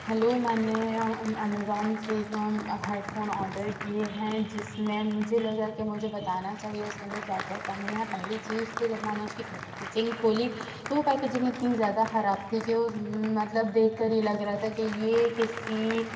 hello میں نے Amazon سے ہیڈ فون آڈر کیے ہیں جس میں مجھے لگا کہ مجھے بتانا چاہیے اس کے اندر کیا کیا کمی ہے پہلی چیز تو جب میں نے اس کی پیکیجنگ کھولی تو وہ پیکیجنگ اتنی زیادہ خراب تھی کہ اس مطلب دیکھ کر ہی لگ رہا تھا کہ یہ کسی